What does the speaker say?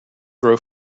grow